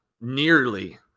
nearly